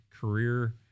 career